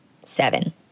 seven